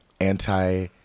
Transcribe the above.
anti